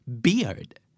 beard